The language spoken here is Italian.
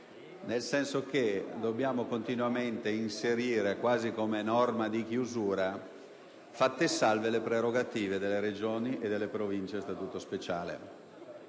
nel senso che dobbiamo continuamente inserire, quasi come norma di chiusura, la dizione: «fatte salve le prerogative delle Regioni e delle Province a statuto speciale».